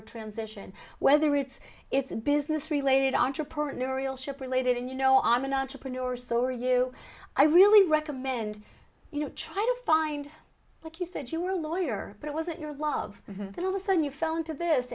a transition whether it's it's a business related entrepreneurial ship related and you know i'm an entrepreneur so are you i really recommend you try to find like you said you were a lawyer but it wasn't your love then listen you fell into this